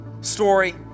story